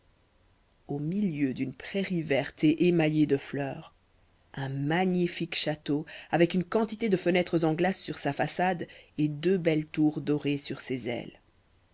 au milieu d'une prairie verte et émaillée de fleurs un magnifique château avec une quantité de fenêtres en glaces sur sa façade et deux belles tours dorées sur ses ailes